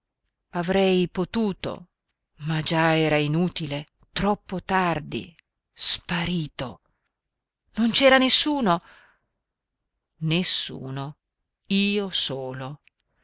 avrei potuto ma già era inutile troppo tardi sparito non c'era nessuno nessuno io solo